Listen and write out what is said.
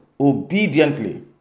obediently